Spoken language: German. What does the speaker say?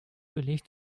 belegt